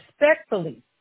respectfully